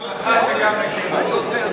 גם זכר וגם נקבה.